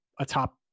atop